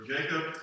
Jacob